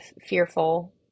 fearful